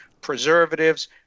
preservatives